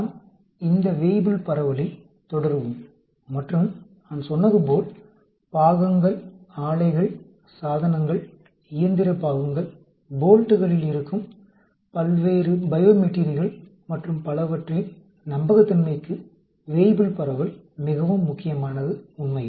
நாம் இந்த வேய்புல் பரவலில் தொடருவோம் மற்றும் நான் சொன்னது போல் பாகங்கள் ஆலைகள் சாதனங்கள் இயந்திர பாகங்கள் போல்ட்களில் இருக்கும் பல்வேறு பையோமெட்டீரியல்கள் மற்றும் பலவற்றின் நம்பகத்தன்மைக்கு வேய்புல் பரவல் மிகவும் முக்கியமானது உண்மையில்